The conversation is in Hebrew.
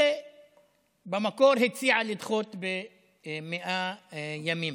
שבמקור הציע לדחות ב-100 ימים,